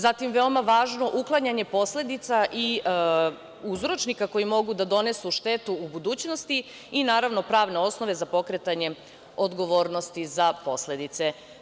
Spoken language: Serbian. Zatim, veoma važno, uklanjanje posledica i uzročnika koji mogu da donesu štetu u budućnosti i naravno pravne osnove za pokretanje odgovornosti za posledice.